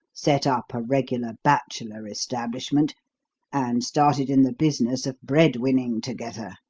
set up a regular bachelor establishment and started in the business of bread-winning together.